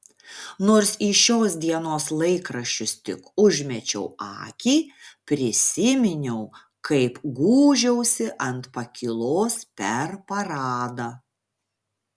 nors į šios dienos laikraščius tik užmečiau akį prisiminiau kaip gūžiausi ant pakylos per paradą